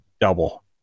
double